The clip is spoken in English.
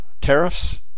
tariffs